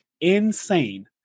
insane